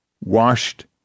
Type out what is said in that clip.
washed